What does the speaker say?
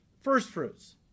Firstfruits